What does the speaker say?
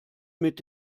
mit